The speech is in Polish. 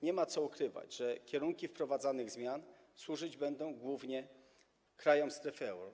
Nie ma co ukrywać, że kierunki wprowadzanych zmian służyć będą głównie krajom strefy euro.